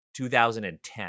2010